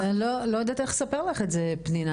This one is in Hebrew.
אני לא יודעת איך לספר לך את זה פנינה,